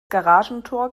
garagentor